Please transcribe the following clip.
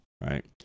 right